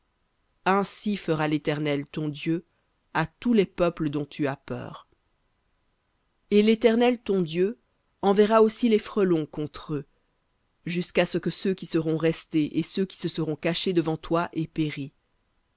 ainsi fera l'éternel ton dieu à tous les peuples dont tu as peur et l'éternel ton dieu enverra aussi les frelons contre eux jusqu'à ce que ceux qui seront restés et ceux qui se seront cachés devant toi aient péri